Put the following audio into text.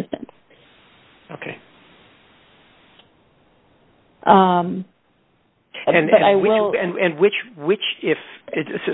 instance ok and i will and which which if